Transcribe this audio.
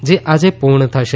જે આજે પુર્ણ થશે